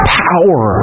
power